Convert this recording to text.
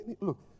look